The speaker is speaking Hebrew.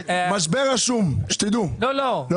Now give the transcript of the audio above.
הישיבה ננעלה בשעה 13:10.